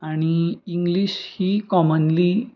आनी इंग्लीश ही कॉमनली